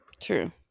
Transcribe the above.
True